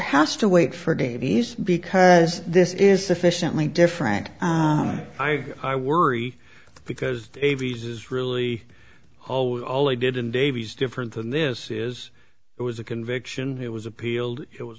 has to wait for davies because this is sufficiently different i i worry because the avi's is really all we all they did in davies different than this is it was a conviction it was appealed it was